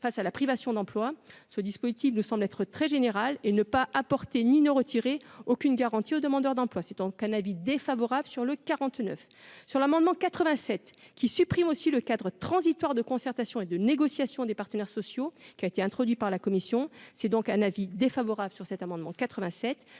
face à la privation d'emploi, ce dispositif ne semble être très générales et ne pas apporté ni ne retirer aucune garantie aux demandeurs d'emploi, c'est donc un avis défavorable sur le quarante-neuf sur l'amendement 87 qui supprime aussi le cadre transitoire de concertation et de négociation des partenaires sociaux, qui a été introduit par la commission, c'est donc un avis défavorable sur cet amendement 87